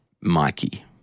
Mikey